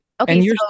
Okay